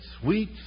sweet